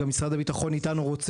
וכפי שאמרתי יש לכם בוועדה הזאת יכולת